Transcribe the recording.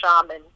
shaman